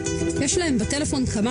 גם כמי